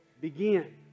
Begin